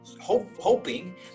hoping